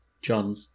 John